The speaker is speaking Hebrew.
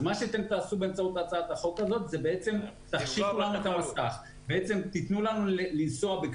מה שתעשו באמצעות הצעת החוק הזאת זה תחשיכו לנו את המסך,